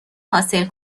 حاصل